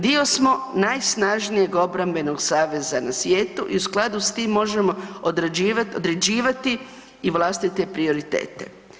Dio smo najsnažnijeg obrambenog saveza na svijetu i u skladu s tim možemo određivati i vlastite prioritete.